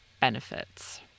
benefits